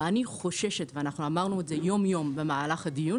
ואני חוששת ואנחנו אמרנו את זה יום-יום במהלך הדיון